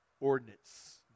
ordinance